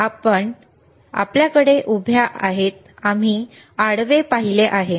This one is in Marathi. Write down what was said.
तर आता आपल्याकडे उभ्या आहेत आम्ही क्षैतिज पाहिले आहे